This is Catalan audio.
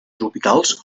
tropicals